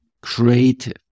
creative